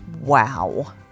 wow